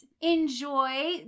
enjoy